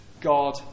God